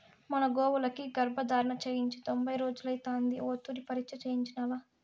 మన గోవులకి గర్భధారణ చేయించి తొంభై రోజులైతాంది ఓ తూరి పరీచ్ఛ చేయించినావా